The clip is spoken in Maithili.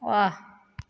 वाह